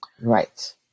right